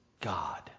God